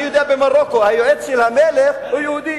אני יודע שבמרוקו היועץ של המלך הוא יהודי,